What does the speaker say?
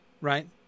right